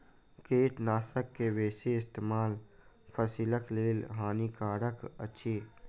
कीटनाशक के बेसी इस्तेमाल फसिलक लेल हानिकारक अछि